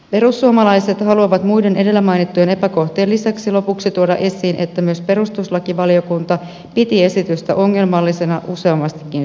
perussuomalaiset haluavat muiden edellä mainittujen epäkohtien lisäksi lopuksi tuoda esiin että myös perustuslakivaliokunta piti esitystä ongelmallisena useammastakin syystä